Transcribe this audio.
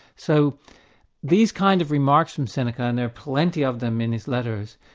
so these kind of remarks from seneca, and there are plenty of them in his letters,